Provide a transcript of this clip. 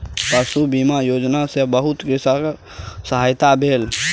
पशु बीमा योजना सॅ बहुत छोट कृषकक सहायता भेल